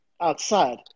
outside